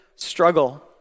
struggle